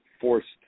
forced